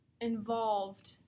involved